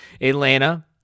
Atlanta